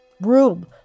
room